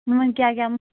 ꯃꯃꯟ ꯀꯌꯥ ꯀꯌꯥꯃꯨꯛ